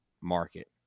market